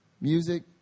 music